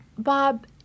Bob